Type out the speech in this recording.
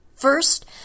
First